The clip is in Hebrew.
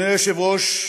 אדוני היושב-ראש,